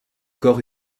corps